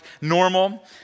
normal